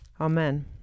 Amen